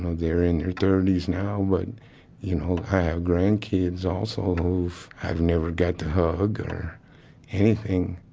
know, they're in your thirties now but you know, i have grandkids also who i've never got to hug or anything